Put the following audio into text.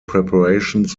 preparations